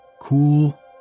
cool